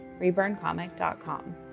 ReburnComic.com